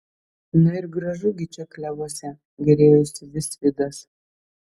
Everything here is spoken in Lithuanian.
na ir gražu gi čia klevuose gėrėjosi visvydas